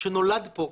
שנולד פה,